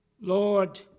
Lord